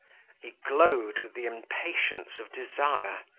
he glowed with the impatience of desire,